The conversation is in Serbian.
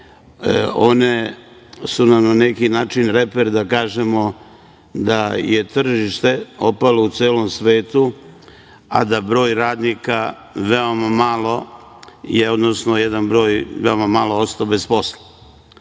one su nam na neki način reper, da kažemo, da je tržište opalo u celom svetu, a da broj radnika je veoma malo, odnosno jedan broj, veoma malo ostao bez posla. Ovaj